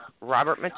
Robert